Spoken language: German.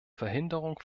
verhinderung